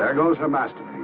ah goes named